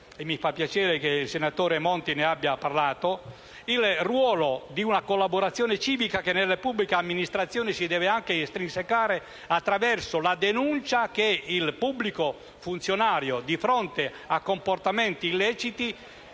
mi fa piacere che il senatore Monti ne abbia parlato, sottolineo il ruolo di una collaborazione civica che nelle pubbliche amministrazioni si deve anche estrinsecare attraverso la denuncia che il pubblico funzionario, di fronte a comportamenti illeciti,